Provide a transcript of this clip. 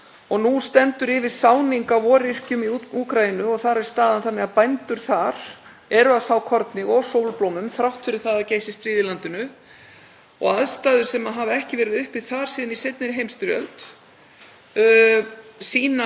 og aðstæður sem hafa ekki verið uppi þar síðan í seinni heimsstyrjöld sýna hversu óvenjuleg staðan er. En stjórnvöld þar telja þó að 30–50% samdráttur geti orðið á því landsvæði sem næst að setja niður í.